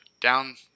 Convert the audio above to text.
down